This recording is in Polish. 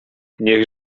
niech